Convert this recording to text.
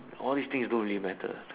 all this thing don't really matter